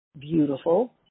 beautiful